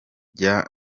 jayz